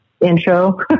intro